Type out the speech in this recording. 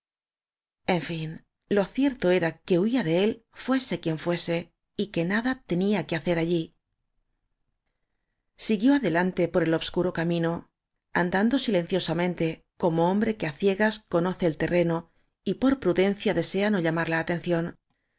en fin lo cierto era que huía de él fuese quien fuese y que nada tenía que hacer allí siguió adelante por el obscuro camino an dando silenciosamente como hombre que á cie gas conoce el terreno y por prudencia desea no llamar la atención